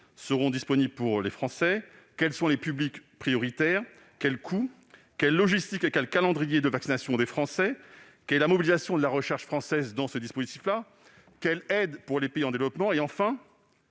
sera disponible pour les Français ? Quels sont les publics prioritaires ? Quel sera le coût ? de la logistique et du calendrier de vaccination des Français ? Quelle est la mobilisation de la recherche française dans ce dispositif ? Quelle aide apporter aux pays en développement ? Enfin,